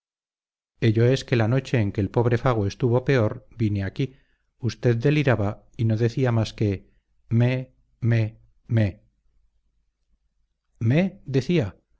ello es que la noche en que el pobre fago estuvo peor vine aquí usted deliraba y no decía más que mé mé mé mé decía